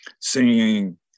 singing